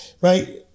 Right